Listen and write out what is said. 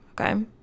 okay